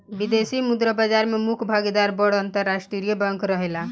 विदेशी मुद्रा बाजार में मुख्य भागीदार बड़ अंतरराष्ट्रीय बैंक रहेला